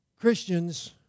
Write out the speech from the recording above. Christians